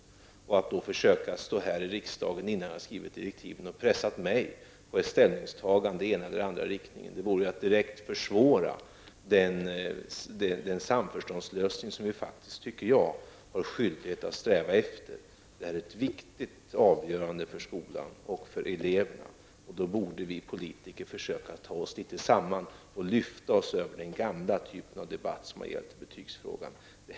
Att mot den bakgrunden försöka att pressa mig här i riksdagen, innan jag skrivit direktiven, på ett ställningstagande i den ena eller andra riktningen vore att direkt försvåra den samförståndslösning som vi enligt min uppfattning har skyldighet att sträva efter. Det gäller ett viktigt avgörande för skolan och för eleverna. Därför borde vi politiker försöka ta oss samman och lyfta oss över den gamla typ av debatt som har förts i betygsfrågan.